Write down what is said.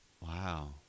Wow